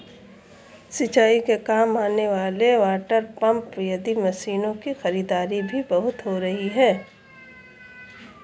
सिंचाई के काम आने वाले वाटरपम्प आदि मशीनों की खरीदारी भी बहुत हो रही है